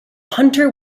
hunter